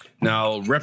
Now